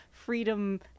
freedom